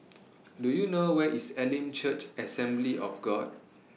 Do YOU know Where IS Elim Church Assembly of God